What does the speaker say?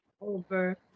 over